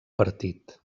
partit